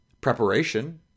preparation